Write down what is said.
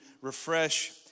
refresh